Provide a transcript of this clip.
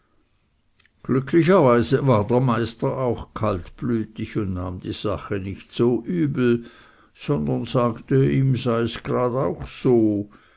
glücklicherweise war der meister auch kaltblütig und nahm die sache nicht so übel sondern sagte ihm seis auch gerade so